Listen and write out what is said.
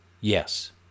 Yes